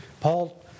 Paul